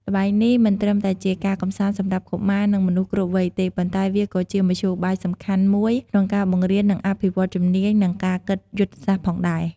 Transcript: ល្បែងនេះមិនត្រឹមតែជាការកម្សាន្តសម្រាប់កុមារនិងមនុស្សគ្រប់វ័យទេ ប៉ុន្តែវាក៏ជាមធ្យោបាយសំខាន់មួយក្នុងការបង្រៀន និងអភិវឌ្ឍជំនាញ និងគិតយុទ្ធសាស្ត្រផងដែរ។